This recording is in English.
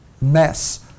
mess